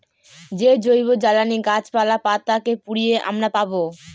যে জৈবজ্বালানী গাছপালা, পাতা কে পুড়িয়ে আমরা পাবো